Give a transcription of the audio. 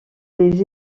les